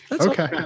Okay